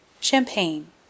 Champagne